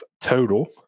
total